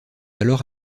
alors